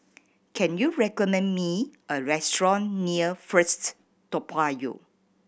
can you recommend me a restaurant near First Toa Payoh